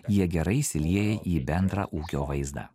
jie gerai įsilieja į bendrą ūkio vaizdą